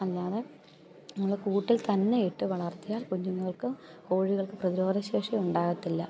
അല്ലാതെ നമ്മൾ കൂട്ടിൽ തന്നെയിട്ട് വളർത്തിയാൽ കുഞ്ഞുങ്ങൾക്ക് കോഴികൾക്ക് പ്രതിരോധശേഷി ഉണ്ടാകത്തില്ല